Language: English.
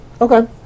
Okay